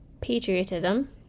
patriotism